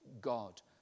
God